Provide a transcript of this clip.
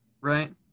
right